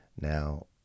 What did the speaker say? Now